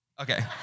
Okay